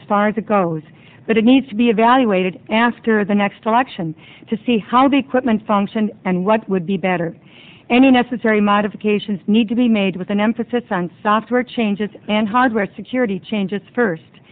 as far as it goes but it needs to be evaluated after the next election to see how the equipment functioned and what would be better any necessary modifications need to be made with an emphasis on software changes and hardware security changes first